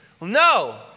No